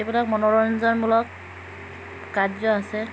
এইবিলাক মনোৰঞ্জনমূলক কাৰ্য আছে